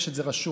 יש את זה רשום